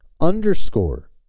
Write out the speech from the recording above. underscore